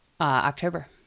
October